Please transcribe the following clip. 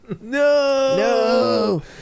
No